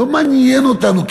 לא מעניין אותנו,